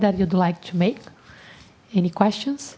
that you'd like to make any questions